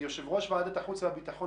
לשעבר יושב ראש ועדת החוץ והביטחון,